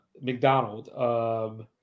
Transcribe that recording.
McDonald